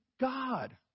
God